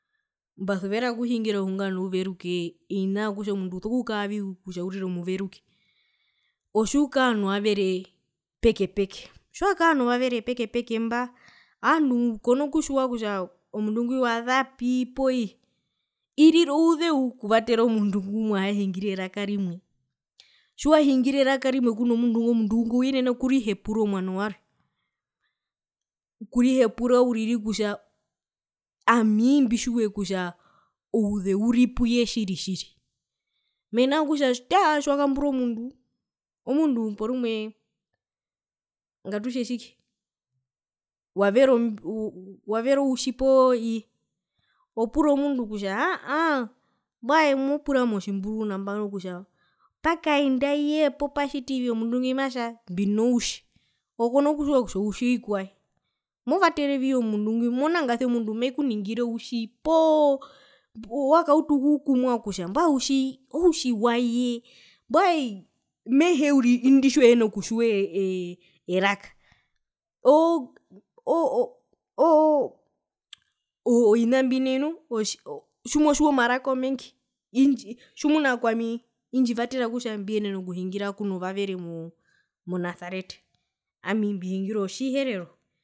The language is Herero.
Mbasuvera okuhingira ohunga nouveruke ovina vyo kutja uso kukaravii kutja urire omuveruke otjiukaa novavere peke peke tjiwakaa novavere peke peke mba aandu kona kutjiwa kutja omundu ngwi wazapi pooye irira ouzeu okuvatera omundu ngumuhahingire eraka rimwe tjiwahingire eraka rimwe kuno mundu ngo omundu ngo uyenena okurihepura omwano warwe okurihepura uriri kutja ami mbitjiwe kutja ouzeu uripuye tjiri tjiri mena rokutja taa tjiwakambura omundu omundu porumwee ngatutje tjike wavera ombi wavera outji pooye opura omundu kutja aahaa pakaendaye poo patjitivi omundu ngwi matja mbinoutji ove kona kutjiwa kutja outji ovikwae movaterevii omundu ngwi monangasi omundu mekuningire outji poo wakauta okukumwa kutja mbwae outji outji waye mbwae mehee uri indi tjiuhina kutjiwa ee e ee erakara oo oo oo ovina mbi nai nu oo tjimotjiwa omaraka omengi tjimuna kwami indjivatera kutja mbiyenene okuhingira kuno vavere monasareta ami mbihingira otjiherero.